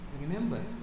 Remember